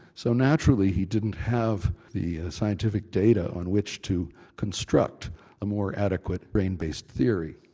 so naturally he didn't have the scientific data on which to construct a more adequate brain-based theory.